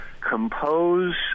compose